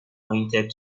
pointed